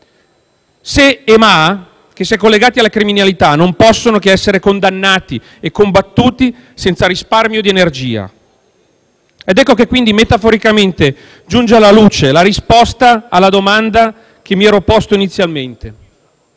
Se e ma che, se collegati alla criminalità, non possono che essere condannati e combattuti senza risparmio di energia. Ecco che, quindi, metaforicamente, giunge alla luce la risposta alla domanda che mi ero posto inizialmente.